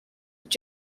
with